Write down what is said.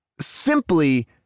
simply